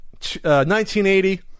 1980